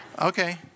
Okay